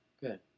Good